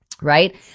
right